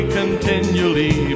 continually